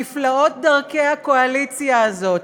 נפלאות דרכי הקואליציה הזאת.